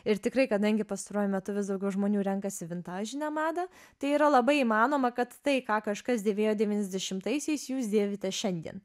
ir tikrai kadangi pastaruoju metu vis daugiau žmonių renkasi vintažinę madą tai yra labai įmanoma kad tai ką kažkas dėvėjo devyniasdešimtaisiais jūs dėvite šiandien